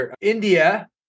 India